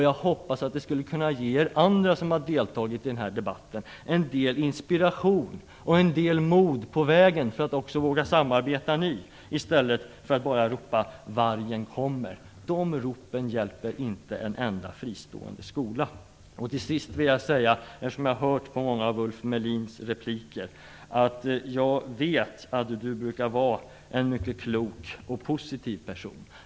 Jag hoppas att detta skall kunna ge andra som deltagit i debatten en del inspiration och mod på vägen för att våga samarbeta i stället för att ropa att vargen kommer. De ropen hjälper inte en enda fristående skola. Jag har hört Ulf Melins repliker, och jag vet att han är en positiv och klok person.